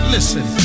Listen